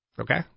Okay